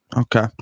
Okay